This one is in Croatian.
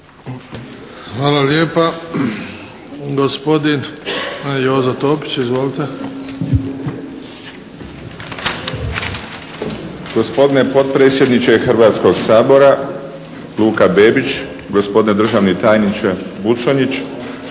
Hvala lijepa. Gospodin Jozo Topić, izvolite.